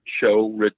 show